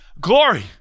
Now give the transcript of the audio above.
glory